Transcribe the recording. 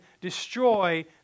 destroy